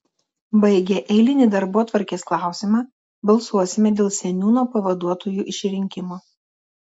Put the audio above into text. baigę eilinį darbotvarkės klausimą balsuosime dėl seniūno pavaduotojų išrinkimo